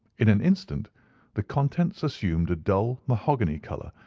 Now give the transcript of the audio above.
in an instant the contents assumed a dull mahogany colour,